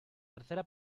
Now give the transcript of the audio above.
tercera